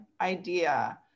idea